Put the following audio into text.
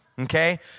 Okay